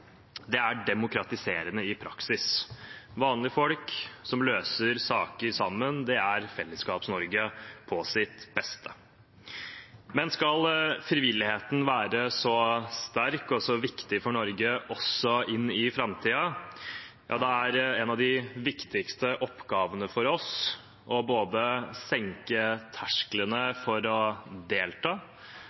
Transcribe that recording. Det er demokratiserende i praksis. Vanlige folk som løser saker sammen, er Fellesskaps-Norge på sitt beste. Men skal frivilligheten være så sterk og så viktig for Norge også inn i framtiden, er en av de viktigste oppgavene for oss både å senke tersklene for å delta